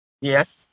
Yes